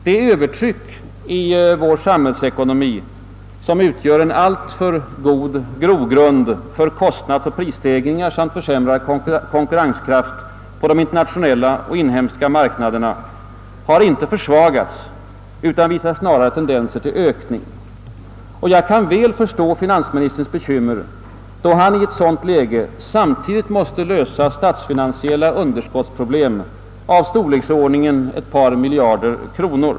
Det övertryck i samhällsekonomien, som utgör en alltför god grogrund för kostnadsoch prisstegringar samt försämrad konkurrenskraft på de internationella och inhemska marknaderna, har inte försvagats utan visar snarare tendenser till ökning. Och jag kan väl förstå finansministerns bekymmer, då han i ett sådant läge samtidigt måste lösa statsfinansiella underskottsproblem av storleksordningen ett par miljarder kronor.